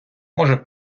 може